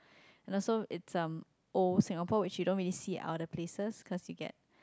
and also it's um old Singapore which you don't really see in other places because you get